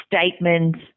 statements